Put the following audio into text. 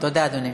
תודה, אדוני.